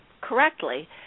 correctly